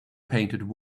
painted